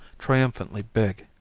triumphantly big,